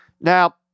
Now